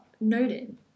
noted